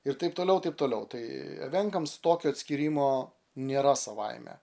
ir taip toliau taip toliau tai evenkams tokio atskyrimo nėra savaime